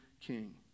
king